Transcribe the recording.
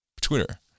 twitter